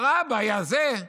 הרביי הזה.